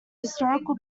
historical